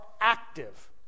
active